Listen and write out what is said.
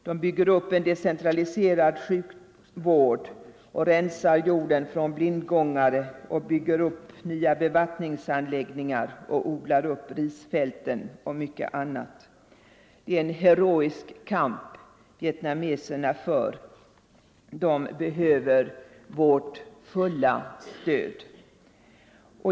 De bygger upp en decentraliserad sjukvård, rensar jorden från blindgångare, bygger upp nya bevattningsanläggningar, odlar upp risfälten och mycket annat. Det är en heroisk kamp som vietnameserna för. De behöver vårt fulla stöd.